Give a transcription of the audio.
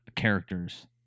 characters